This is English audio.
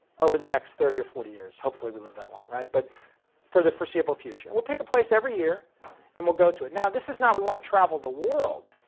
over the next thirty or forty years, hopefully, we'll live that long, right? but for the foreseeable future, we'll pick a place every year and we'll go to it. now, this is not, we want to travel the world.